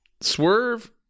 Swerve